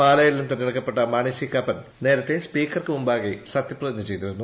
പാലായിൽ നിന്ന് തെരഞ്ഞെടുക്കപ്പെട്ട മാണി സി കാപ്പൻ നേരത്തെ സ്പീക്കർക്ക് മുമ്പാകെ സത്യപ്രതിജ്ഞ ചെയ്തിരുന്നു